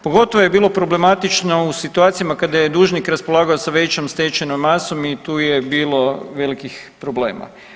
Pogotovo je bilo problematično u situacijama kada je dužnik raspolagao sa većom stečajnom masom i tu je bilo velikih problema.